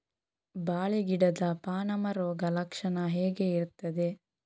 ಬಾಳೆ ಗಿಡದ ಪಾನಮ ರೋಗ ಲಕ್ಷಣ ಹೇಗೆ ಇರ್ತದೆ?